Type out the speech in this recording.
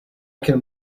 can